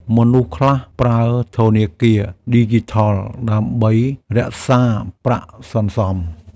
មនុស្សខ្លះប្រើធនាគារឌីជីថលដើម្បីរក្សាប្រាក់សន្សំ។